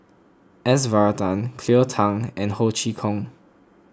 S Varathan Cleo Thang and Ho Chee Kong